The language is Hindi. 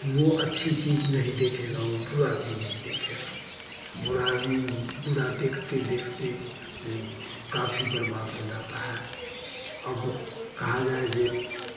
वह अच्छी चीज़ नहीं देखेगा वो बुरा चीज़ ही देखेगा बुराईम बुरा देखते देखते वह काफ़ी बर्बाद हो जाता है अब कहा जाए जो